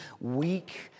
weak